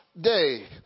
day